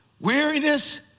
weariness